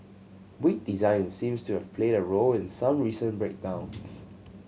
weak design seems to have played a role in some recent breakdowns